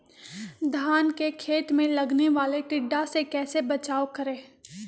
धान के खेत मे लगने वाले टिड्डा से कैसे बचाओ करें?